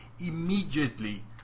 immediately